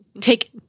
take